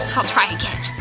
i'll try again.